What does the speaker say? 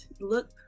Look